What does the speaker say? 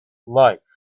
life